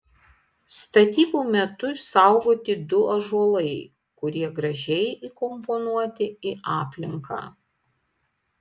statybų metu išsaugoti du ąžuolai kurie gražiai įkomponuoti į aplinką